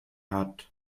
hat